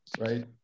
right